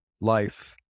life